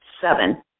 seven